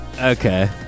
Okay